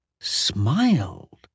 smiled